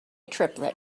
triplet